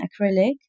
acrylic